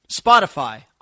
Spotify